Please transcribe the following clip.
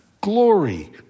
Glory